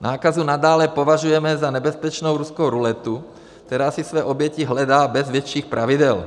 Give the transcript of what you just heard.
Nákazu nadále považujeme za nebezpečnou ruskou ruletu, která si své oběti hledá bez větších pravidel.